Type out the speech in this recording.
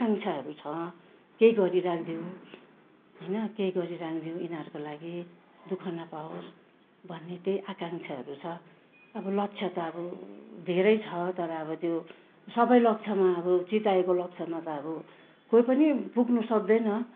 आकांक्षाहरू छ केही गरिराखिदिउँ होइन केही गरिराखिदिउँ यिनीहरूको लागि दुःख नपावोस् भन्ने त्यही आकांक्षाहरू छ अब लक्ष्य त अब धेरै छ तर अब त्यो सबै लक्ष्यमा अब चिताएको लक्ष्यमा त अब कोही पनि पुग्नु सक्दैन